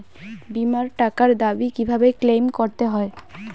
বিমার টাকার দাবি কিভাবে ক্লেইম করতে হয়?